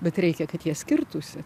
bet reikia kad jie skirtųsi